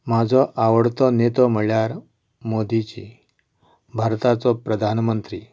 म्हजो आवडतो नेतो म्हळ्यार मोदीजी भारताचो प्रधानमंत्री